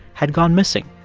had gone missing.